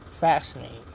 fascinating